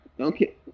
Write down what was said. Okay